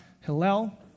Hillel